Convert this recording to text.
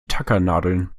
tackernadeln